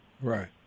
Right